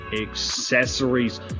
accessories